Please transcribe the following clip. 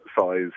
size